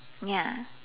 ya